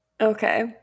Okay